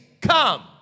come